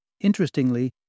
Interestingly